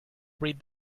breed